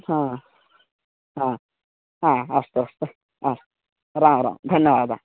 हा हा हा अस्तु अस्तु आ राम् राम् धन्यवादः